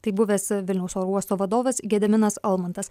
tai buvęs vilniaus oro uosto vadovas gediminas almantas